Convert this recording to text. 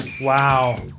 Wow